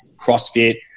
CrossFit